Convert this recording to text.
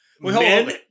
Men